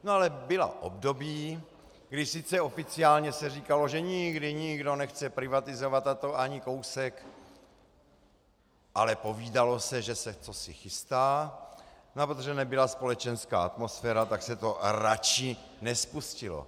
Ale byla období, kdy sice oficiálně se říkalo, že nikdy nikdo nechce privatizovat, a to ani kousek, ale povídalo se, že se cosi chystá, a protože nebyla společenská atmosféra, tak se to raději nespustilo.